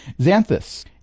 Xanthus